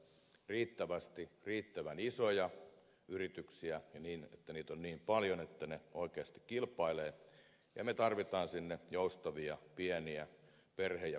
me tarvitsemme sinne markkinoille riittävästi riittävän isoja yrityksiä ja niin että niitä on niin paljon että ne oikeasti kilpailevat ja me tarvitsemme sinne joustavia pieniä perhe ja pk yrityksiä